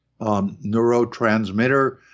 neurotransmitter